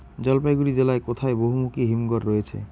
জলপাইগুড়ি জেলায় কোথায় বহুমুখী হিমঘর রয়েছে?